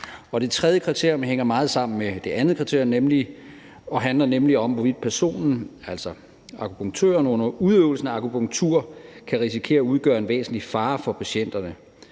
Det tredje kriterium hænger meget sammen med det andet kriterium; det handler nemlig om, hvorvidt akupunktøren under udøvelsen af akupunktur kan risikere at udgøre en væsentlig fare for patienterne.